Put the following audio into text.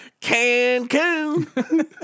Cancun